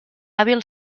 hàbil